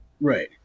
Right